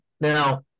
now